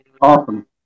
Awesome